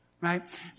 right